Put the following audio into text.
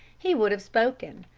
he would have spoken,